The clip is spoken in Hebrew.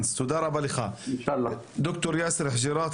חבר הכנסת ד"ר יאסר חוג'יראת,